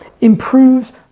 improves